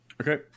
Okay